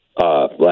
last